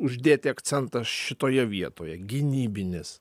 uždėti akcentą šitoje vietoje gynybinis